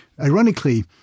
Ironically